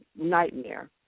nightmare